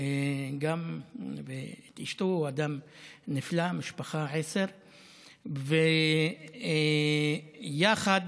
ואת אשתו, הוא אדם נפלא, משפחה עשר, יחד